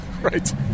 Right